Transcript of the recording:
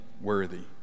worthy